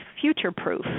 future-proof